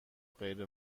غیر